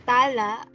Tala